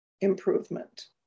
improvement